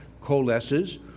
coalesces